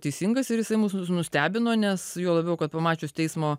teisingas ir jisai mus nustebino nes juo labiau kad pamačius teismo